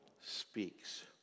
speaks